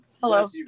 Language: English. Hello